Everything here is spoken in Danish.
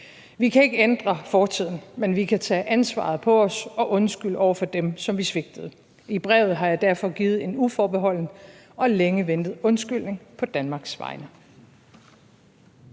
Vi kan ikke ændre fortiden, men vi kan tage ansvaret på os og undskylde over for dem, som vi svigtede. I brevet har jeg derfor givet en uforbeholden og længe ventet undskyldning på Danmarks vegne.